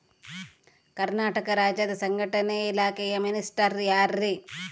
ಕರ್ನಾಟಕ ರಾಜ್ಯದ ಸಂಘಟನೆ ಇಲಾಖೆಯ ಮಿನಿಸ್ಟರ್ ಯಾರ್ರಿ?